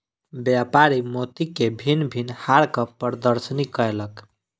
व्यापारी मोती के भिन्न भिन्न हारक प्रदर्शनी कयलक